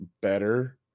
better